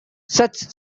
such